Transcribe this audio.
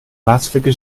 plaatselijke